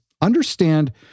understand